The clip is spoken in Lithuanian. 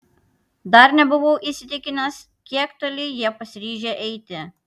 dar nebuvau įsitikinęs kiek toli jie pasiryžę eiti